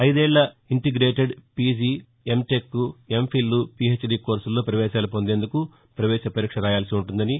అయిదేళ్ల integrated PG PG MTech MPhil PhD కోర్సుల్లో ప్రపేశాలు పొందేందుకు పవేశ పరీక్ష రాయాల్సి ఉంటుందని